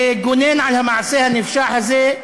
לגונן על המעשה הנפשע הזה,